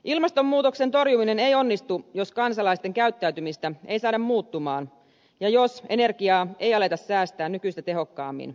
ilmastonmuutoksen torjuminen ei onnistu jos kansalaisten käyttäytymistä ei saada muuttumaan ja jos energiaa ei aleta säästää nykyistä tehokkaammin